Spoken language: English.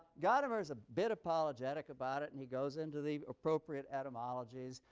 gadamer is a bit apologetic about it, and he goes into the appropriate etymologies.